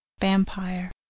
vampire